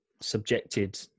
subjected